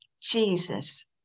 Jesus